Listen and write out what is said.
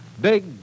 Big